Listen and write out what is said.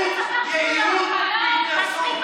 בורות, יהירות והתנשאות.